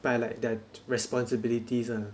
by like their responsibilities [one]